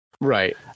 right